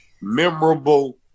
memorable